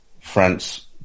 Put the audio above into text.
France